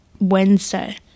Wednesday